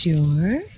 Sure